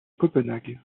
copenhague